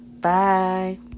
Bye